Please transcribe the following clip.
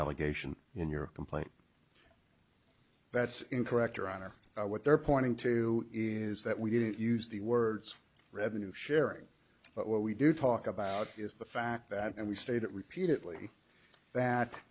allegation in europe complaint that's incorrect or on or what they're pointing to is that we didn't use the words revenue sharing but what we do talk about is the fact that and we state it repeatedly that